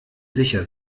sicher